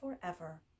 forever